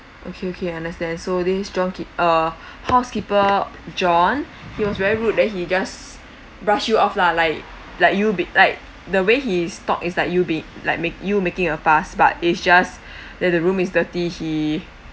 okay okay understand so this john ke~ uh housekeeper john he was very rude then he just brush you off lah like like you be like the way he talk is like you be like make you making a pass but it's just that the room is dirty he